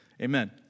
Amen